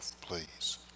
please